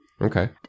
Okay